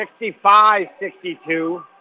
65-62